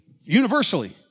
universally